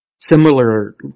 similar